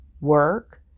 work